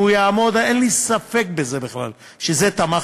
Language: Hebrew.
והוא יעמוד, אין לי ספק בזה בכלל, בשביל זה תמכתי.